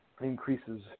increases